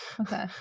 Okay